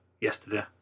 yesterday